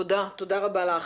תודה רבה לך.